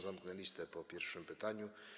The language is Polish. Zamknę listę po pierwszym pytaniu.